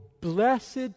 blessed